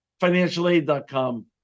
financialaid.com